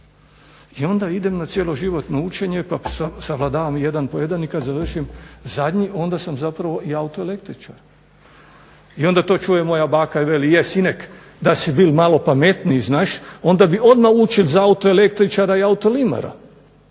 I onda idem na cjeloživotno učenje i onda savladavam jedan po jedan i kada završim zadnji onda sam zapravo autoelektričar. I onda to čuje moja baka i veli, je sinek da si bil malo pametniji znaš onda bi odmah učio za autoelektričara i autolimara,